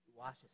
washes